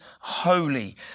holy